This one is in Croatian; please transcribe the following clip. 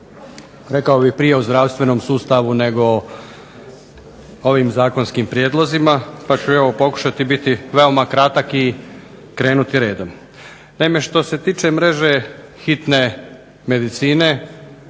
rekao bih prije o zdravstvenom sustavu nego o ovim zakonskim prijedlozima, pa ću pokušati biti veoma kratak i krenuti redom. Naime, što se tiče mreže hitne medicine,